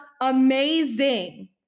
amazing